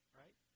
right